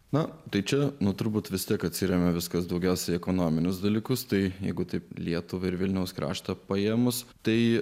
na tai čia nu turbūt vis tiek atsiremia viskas daugiausiai ekonominius dalykus tai jeigu taip lietuvą ir vilniaus kraštą paėmus tai